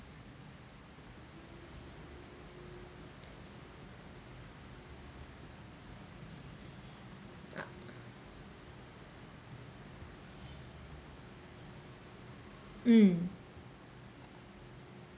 mm